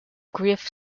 grief